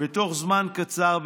בתוך זמן קצר,